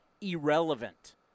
irrelevant